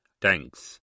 Thanks